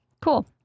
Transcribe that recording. Cool